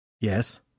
Yes